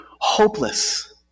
hopeless